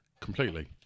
completely